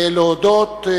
להודות.